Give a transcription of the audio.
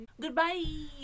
goodbye